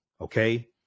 okay